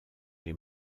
les